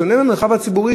בשונה מהמרחב הציבורי,